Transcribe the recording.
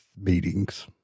meetings